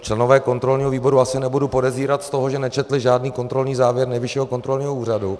Členy kontrolního výboru asi nebudu podezírat z toho, že nečetli žádný kontrolní závěr Nejvyššího kontrolního úřadu.